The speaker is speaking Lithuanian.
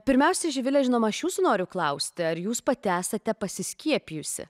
pirmiausia živile žinoma aš jūsų noriu klausti ar jūs pati esate pasiskiepijusi